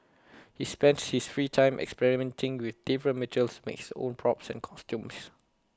he spends his free time experimenting with different materials makes own props and costumes